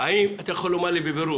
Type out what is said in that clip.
אתה יכול לומר לי בבירור,